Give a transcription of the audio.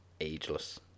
ageless